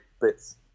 bits